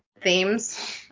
themes